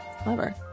clever